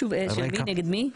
שוב, של מי נגד מי?